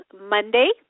Monday